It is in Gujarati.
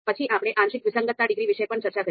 પછી આપણે આંશિક વિસંગતતા ડિગ્રી વિશે પણ ચર્ચા કરી